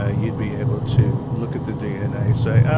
ah you'd be able to look at the dna, say, ah,